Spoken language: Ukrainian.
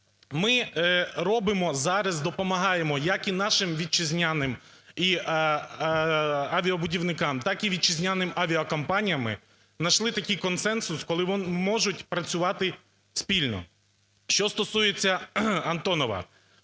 Ми робимо зараз, допомагаємо як і нашим вітчизняним і авіабудівникам, так і вітчизняним авіакомпаніям, найшли такий консенсус, коли можуть працювати спільно. Що стосується "Антонова".